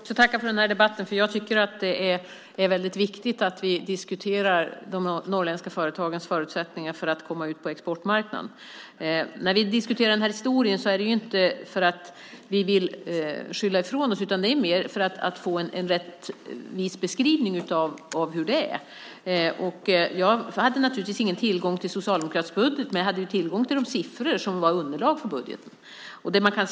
Herr talman! Jag vill också tacka för debatten. Det är viktigt att vi diskuterar de norrländska företagens förutsättningar att komma ut på exportmarknaden. När vi diskuterar historien är det inte för att vi vill skylla ifrån oss utan mer för att få en rättvis beskrivning av hur det är. Jag hade naturligtvis inte tillgång till en socialdemokratisk budget, men jag hade tillgång till de siffror som utgjorde underlag för budgeten.